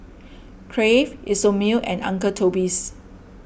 Crave Isomil and Uncle Toby's